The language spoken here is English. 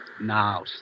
Now